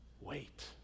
wait